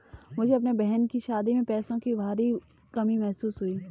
मुझे अपने बहन की शादी में पैसों की भारी कमी महसूस हुई